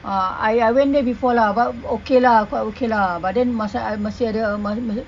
uh I ah went there before lah but okay lah quite okay lah but then masa masih ada masa masa